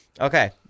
Okay